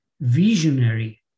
visionary